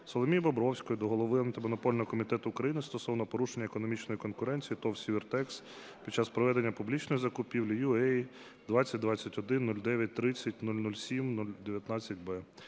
Соломії Бобровської до Голови Антимонопольного комітету України стосовно порушення економічної конкуренції ТОВ "Сівертекс" під час проведення публічної закупівлі UA-2021-09-30-007019-b.